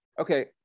okay